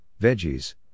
veggies